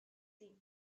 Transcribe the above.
seen